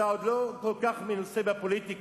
אתה עוד לא כל כך מנוסה בפוליטיקה.